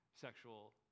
sexual